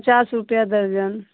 पचास रुपये दर्जन